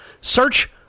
Search